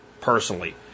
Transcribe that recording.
personally